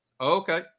Okay